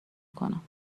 کنم